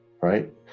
right